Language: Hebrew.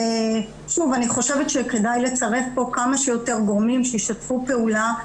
אני חושבת שכדאי לצרף פה כמה שיותר גורמים שישתפו פעולה,